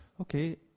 okay